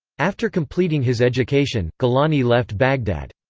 after completing his education, gilani left baghdad.